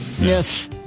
Yes